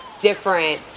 different